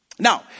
Now